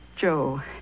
Joe